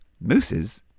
Mooses